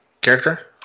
character